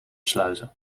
sluiten